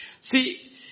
See